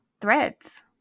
Threads